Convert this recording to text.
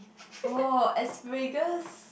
oh asparagus